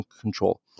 control